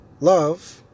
Love